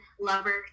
lover